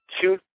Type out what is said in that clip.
two